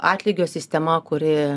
atlygio sistema kuri